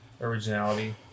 originality